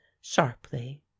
sharply